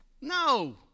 No